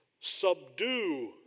subdue